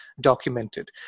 documented